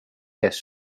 kes